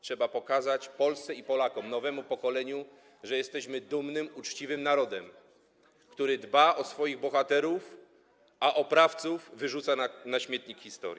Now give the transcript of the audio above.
Trzeba pokazać Polsce i Polakom, nowemu pokoleniu, że jesteśmy dumnym, uczciwym narodem, który dba o swoich bohaterów, a oprawców wyrzuca na śmietnik historii.